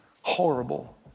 horrible